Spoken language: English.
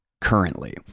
currently